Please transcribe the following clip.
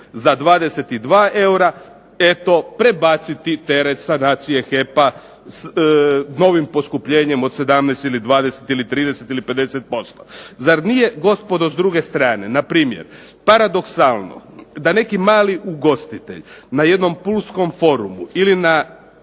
za 22 eura, eto prebaciti teret sanacije HEP-a novim poskupljenjem od 17 ili 20 ili 30 ili 50%. Zar nije gospodo s druge strane npr. paradoksalno da neki mali ugostitelj, na jednom pulskom forumu ili na